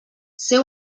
ser